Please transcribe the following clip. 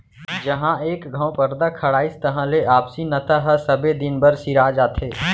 जहॉं एक घँव परदा खड़ाइस तहां ले आपसी नता ह सबे दिन बर सिरा जाथे